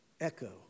echo